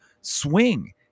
swing